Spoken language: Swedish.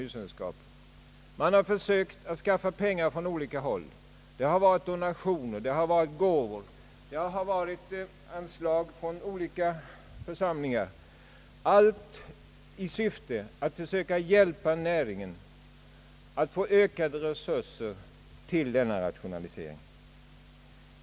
Hushållningssällskapen har försökt skaffa pengar från olika håll. Det har skett genom donationer, gåvor och anslag från olika församlingar, allt i syfte att försöka hjälpa näringen att få ökade resurser till sin rationalisering.